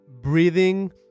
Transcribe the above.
breathing